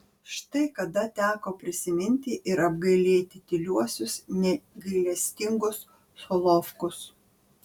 štai kada teko prisiminti ir apgailėti tyliuosius negailestingus solovkus